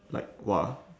like !wah!